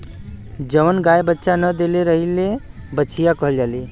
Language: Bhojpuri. जवन गाय बच्चा न देले रहेली बछिया कहल जाली